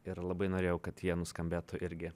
ir labai norėjau kad jie nuskambėtų irgi